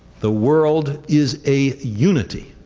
the world is a unity.